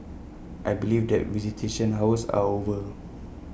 I believe that visitation hours are over